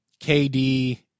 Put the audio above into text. KD